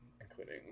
including